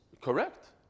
Correct